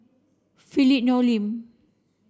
Philip Hoalim